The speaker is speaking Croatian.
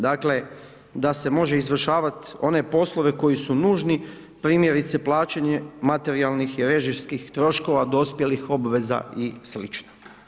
Dakle, da se može izvršavat one poslove koji su nužni, primjerice plaćanje materijalnih i režijskih troškova dospjelih obveza i sl.